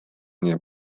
näeb